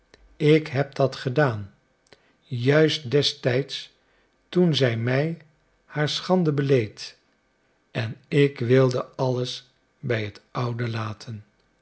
ik heb dat gedaan juist destijds toen zij mij haar schande beleed en ik wilde alles bij het oude laten